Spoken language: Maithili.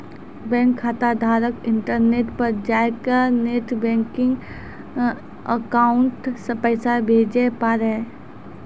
बैंक खाताधारक इंटरनेट पर जाय कै नेट बैंकिंग अकाउंट से पैसा भेजे पारै